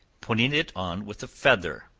putting it on with a feather.